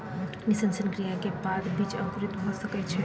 निषेचन क्रिया के बाद बीज अंकुरित भ सकै छै